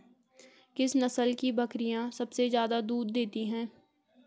किस नस्ल की बकरीयां सबसे ज्यादा दूध देती हैं?